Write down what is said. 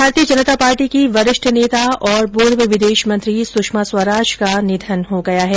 भारतीय जनता पार्टी की वरिष्ठ नेता और पूर्व विदेश मंत्री सुषमा स्वराज का निधन हो गया है